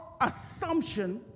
assumption